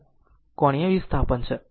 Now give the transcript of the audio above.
હવે t સેકન્ડમાં θ કોણીય વિસ્થાપન છે